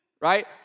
right